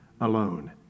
alone